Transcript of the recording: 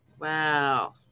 Wow